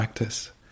practice